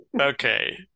Okay